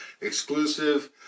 exclusive